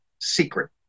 secret